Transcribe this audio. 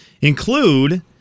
include